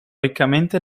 riccamente